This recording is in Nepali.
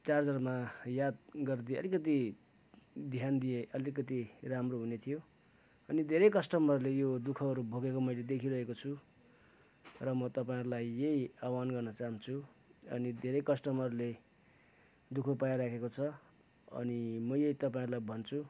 चार्जरमा याद गरिदिए अलिकति ध्यान दिए अलिकति राम्रो हुने थियो अनि धेरै कस्टमरले यो दु खहरू भोगेको मैले देखिरहेको छु र म तपाईँहरूलाई यही आह्वान गर्न चाहन्छु अनि धेरै कस्टमरले दु ख पाइराखेको छ अनि म यही तपाईँहरूलाई भन्छु